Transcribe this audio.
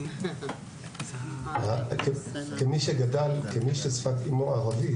כמי ששפת אימו ערבית,